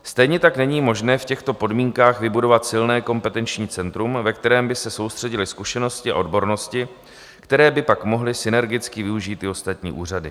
Stejně tak není možné v těchto podmínkách vybudovat silné kompetenční centrum, ve kterém by se soustředily zkušenosti a odbornosti, které by pak mohly synergicky využít i ostatní úřady.